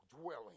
dwelling